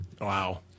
Wow